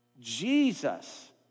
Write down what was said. Jesus